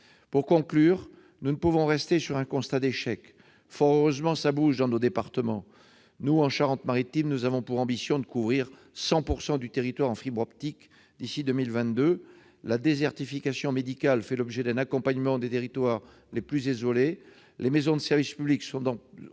Pour conclure, nous ne pouvons rester sur un constat d'échec. Fort heureusement, ça bouge dans nos départements ! En Charente-Maritime, nous avons pour ambition de couvrir 100 % du territoire en fibre optique d'ici à 2022, la désertification médicale fait l'objet d'un accompagnement des zones les plus isolées et les maisons de services au public sont au